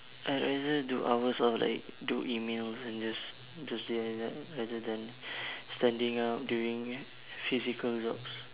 I'd rather do hours of like do emails and just to stay like that rather than standing up doing physical jobs